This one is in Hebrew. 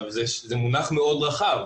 זה מונח מאוד רחב.